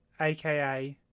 aka